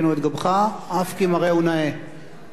בבקשה.